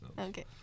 Okay